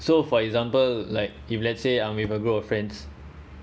so for example like if let's say I'm with a group of friends